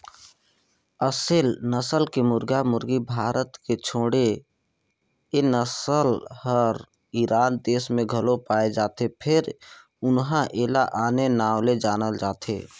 असेल नसल के मुरगा मुरगी भारत के छोड़े ए नसल हर ईरान देस में घलो पाये जाथे फेर उन्हा एला आने नांव ले जानल जाथे